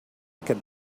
can